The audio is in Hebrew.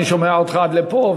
אני שומע אותך עד לפה,